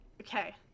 Okay